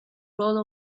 role